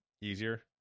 easier